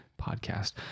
podcast